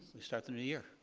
we start the new year,